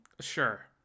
Sure